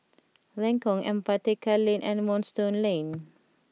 Lengkong Empat Tekka Lane and Moonstone Lane